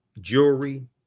jewelry